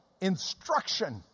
instruction